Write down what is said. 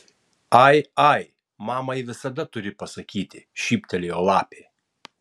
ai ai mamai visada turi pasisakyti šyptelėjo lapė